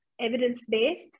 evidence-based